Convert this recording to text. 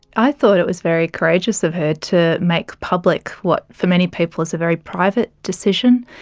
i thought it was very courageous of her to make public what for many people is a very private decision,